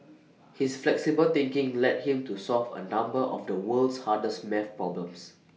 his flexible thinking led him to solve A number of the world's hardest math problems